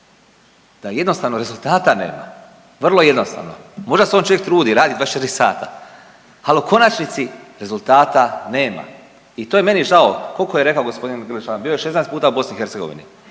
Da jednostavno rezultata nema, vrlo jednostavno. Možda se on čovjek trudi, radi 24 sata, ali u konačnici rezultata nema. I to je meni žao. Koliko je rekao gospodin Grlić Radman, bio je 16 puta u BiH.